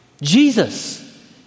Jesus